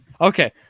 Okay